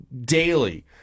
daily